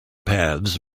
paths